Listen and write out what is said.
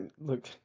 look